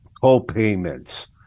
co-payments